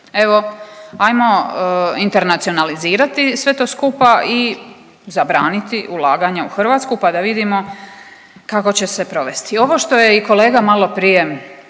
Evo, ajmo internacionalizirati sve to skupa i zabraniti ulaganja u Hrvatsku pa da vidimo kako će se provesti. Ovo što je i kolega maloprije